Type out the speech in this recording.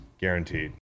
guaranteed